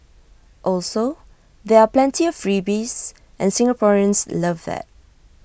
also there are plenty of freebies and Singaporeans love that